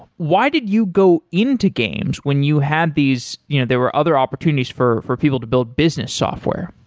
why did you go into games when you had these you know there were other opportunities for for people to build business software?